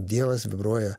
dievas vibruoja